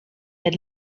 had